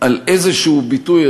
על איזה ביטוי,